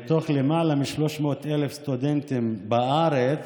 מתוך יותר מ-300,000 סטודנטים בארץ